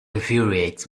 infuriates